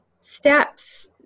steps